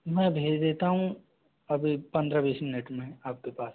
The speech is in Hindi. मैं भेज देता हूँ अभी पंद्रह बीस मिनट में आपके पास